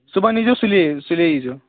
صُبحن یٖیزیو صُلی صُلی یٖیزیو